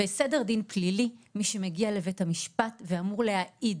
בסדר דין פלילי, מי שמגיע לבית משפט ואמור להעיד